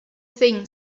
thing